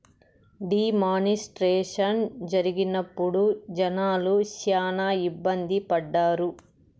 D మానిస్ట్రేషన్ జరిగినప్పుడు జనాలు శ్యానా ఇబ్బంది పడ్డారు